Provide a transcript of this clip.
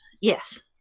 Yes